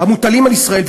המוטלים על ישראל.